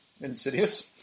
Insidious